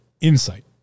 insight